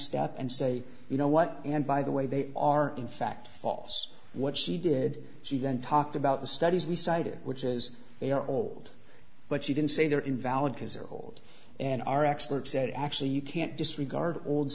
step and say you know what and by the way they are in fact falls what she did she then talked about the studies we cited which is they are old but she didn't say they are invalid because they're old and our experts said actually you can't disregard old